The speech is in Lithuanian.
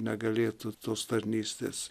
negalėtų tos tarnystės